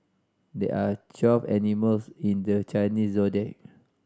there are twelve animals in the Chinese Zodiac